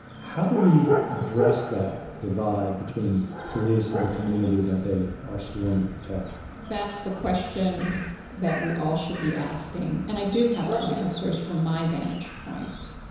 how do we address that divide between police and the community that they are sworn to protect? that's the question that we all should be asking. and i do have some answers from my vantage point.